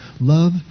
love